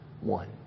One